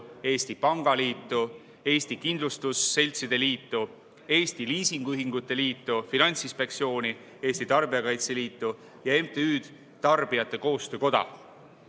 Eesti Pangaliitu, Eesti Kindlustusseltside Liitu, Eesti Liisinguühingute Liitu, Finantsinspektsiooni, Eesti Tarbijakaitse Liitu ja MTÜ‑d Tarbijate Koostöökoda.